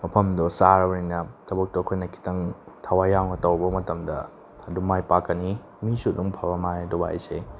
ꯃꯐꯝꯗꯣ ꯆꯥꯔꯕꯅꯤꯅ ꯊꯕꯛꯇꯣ ꯑꯩꯈꯣꯏꯅ ꯈꯤꯇꯪ ꯊꯋꯥꯏ ꯌꯥꯎꯅ ꯇꯧꯕ ꯃꯇꯝꯗ ꯑꯗꯨꯝ ꯃꯥꯏ ꯄꯥꯛꯀꯅꯤ ꯃꯤꯁꯨ ꯑꯗꯨꯝ ꯐꯕ ꯃꯥꯜꯂꯦ ꯗꯨꯕꯥꯏꯁꯦ